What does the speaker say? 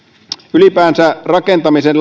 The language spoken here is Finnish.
ylipäänsä rakentamisen